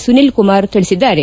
ಸುನೀಲ್ ಕುಮಾರ್ ತಿಳಿಸಿದ್ದಾರೆ